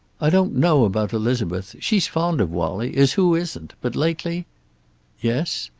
i don't know about elizabeth. she's fond of wallie, as who isn't? but lately yes?